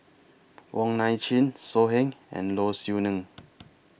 Wong Nai Chin So Heng and Low Siew Nghee